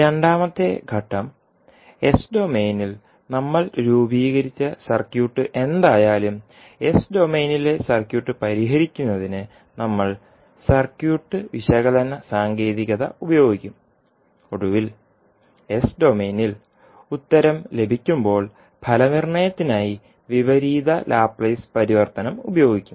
രണ്ടാമത്തെ ഘട്ടം എസ് ഡൊമെയ്നിൽ നമ്മൾ രൂപീകരിച്ച സർക്യൂട്ട് എന്തായാലും എസ് ഡൊമെയ്നിലെ സർക്യൂട്ട് പരിഹരിക്കുന്നതിന് നമ്മൾ സർക്യൂട്ട് വിശകലന സാങ്കേതികത ഉപയോഗിക്കും ഒടുവിൽ എസ് ഡൊമെയ്നിൽ ഉത്തരം ലഭിക്കുമ്പോൾ ഫലനിർണ്ണയത്തിനായി വിപരീത ലാപ്ലേസ് പരിവർത്തനം ഉപയോഗിക്കും